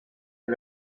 fue